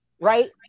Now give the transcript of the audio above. right